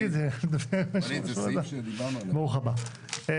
ברוך הבא.